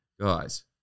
guys